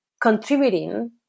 contributing